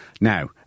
Now